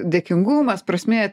dėkingumas prasmė